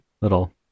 little